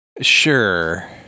Sure